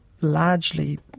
largely